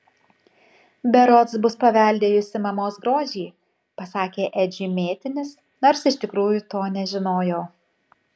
berods bus paveldėjusi mamos grožį pasakė edžiui mėtinis nors iš tikrųjų to nežinojo